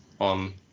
On